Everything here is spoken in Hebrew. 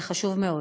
זה חשוב מאוד.